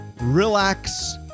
relax